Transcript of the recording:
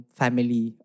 family